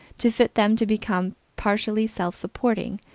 to fit them to become partially self-supporting,